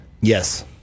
Yes